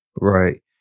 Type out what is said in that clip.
Right